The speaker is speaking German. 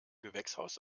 gewächshaus